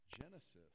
Genesis